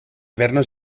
vernos